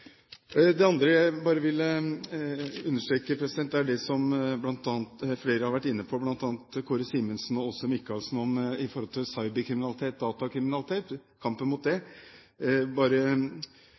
Det andre jeg vil understreke, er det som flere har vært inne på, bl.a. Kåre Simensen og Åse Michaelsen, nemlig kampen mot cyberkriminalitet og datakriminalitet. Jeg vil bare understreke med tanke på det